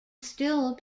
still